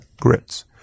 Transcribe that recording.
grits